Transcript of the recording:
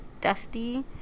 dusty